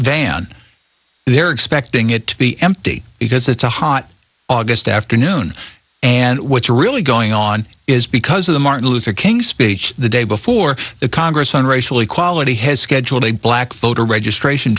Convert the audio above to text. van they're expecting it to be empty because it's a hot august afternoon and what's really going on is because of the martin luther king's speech the day before the congress on racial equality has scheduled a black voter registration